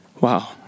Wow